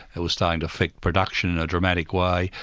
it was starting to affect production in a dramatic way,